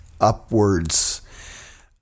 upwards